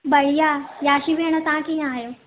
भईया याशी भेण तव्हां कीअं आहियो